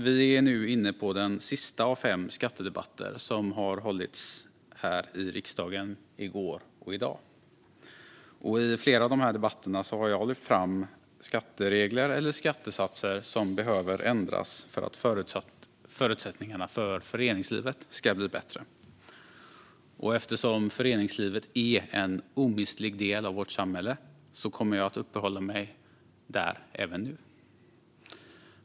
Vi är nu inne på den sista av fem skattedebatter som i går och i dag har hållits här i riksdagen. I flera av dessa debatter har jag lyft fram skatteregler eller skattesatser som behöver ändras för att förutsättningarna för föreningslivet ska bli bättre. Eftersom föreningslivet är en omistlig del av vårt samhälle kommer jag att uppehålla mig vid det även nu.